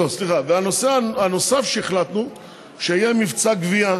והנושא הנוסף שהחלטנו הוא שיהיה מבצע גבייה